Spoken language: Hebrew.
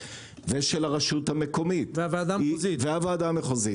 ושל הרשות המקומית והוועדה המחוזית,